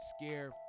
scare